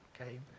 okay